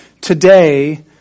today